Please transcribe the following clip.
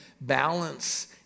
balance